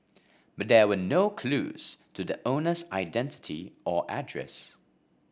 but there were no clues to the owner's identity or address